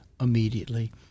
immediately